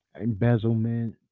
embezzlement